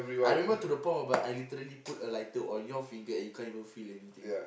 I remember to the point whereby I literally put a lighter on your finger and you can't even feel anything